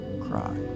cry